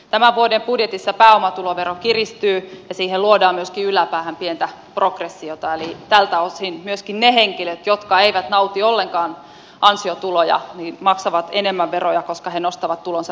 tämän vuoden budjetissa pääomatulovero kiristyy ja siihen luodaan myöskin yläpäähän pientä progressiota eli tältä osin myöskin ne henkilöt jotka eivät nauti ollenkaan ansiotuloja maksavat enemmän veroja koska he nostavat tulonsa pääomatulojen kautta